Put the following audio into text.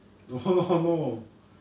no no no